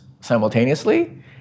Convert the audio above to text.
simultaneously